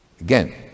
Again